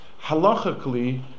Halachically